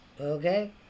Okay